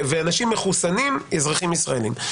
אנשים מחוסנים, אזרחים ישראלים.